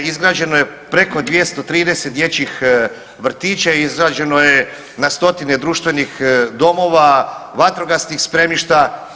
Izgrađeno je preko 230 dječjih vrtića, izgrađeno je na stotine društvenih domova, vatrogasnih spremišta.